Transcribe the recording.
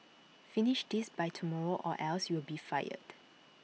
finish this by tomorrow or else you'll be fired